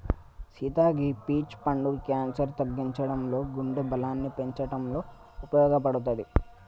సీత గీ పీచ్ పండు క్యాన్సర్ తగ్గించడంలో గుండె బలాన్ని పెంచటంలో ఉపయోపడుతది